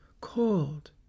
cold